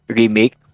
remake